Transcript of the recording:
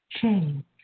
change